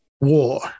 war